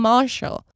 Marshall